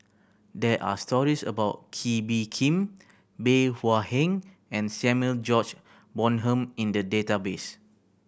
there are stories about Kee Bee Khim Bey Hua Heng and Samuel George Bonham in the database